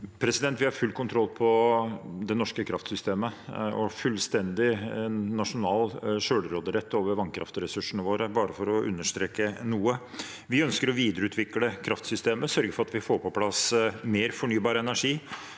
Vi har full kon- troll på det norske kraftsystemet og fullstendig nasjonal selvråderett over vannkraftressursene våre, bare for å understreke noe. Vi ønsker å videreutvikle kraftsystemet og sørge for at vi får på plass mer fornybar energi,